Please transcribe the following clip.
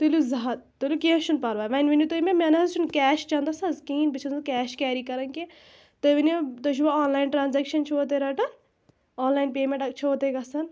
تُلِو زٕ ہَتھ تُلِو کیٚنٛہہ چھُنہٕ پَرواے وۅنۍ ؤنِو تُہۍ مےٚ مےٚ نہَ حظ چھُنہٕ کیش چَنٛدَس حظ کِہیٖنٛۍ بہٕ چھَس نہٕ کیش کیٚری کَران کیٚنٛہہ تُہۍ ؤنِو تُہۍ چھُوا آن لایِن ٹرٛانٛزکشَن چھُوا تُہۍ رَٹان آن لایِن پیٚے مٮ۪نٛٹ چھَوا تۅہہِ گَژھان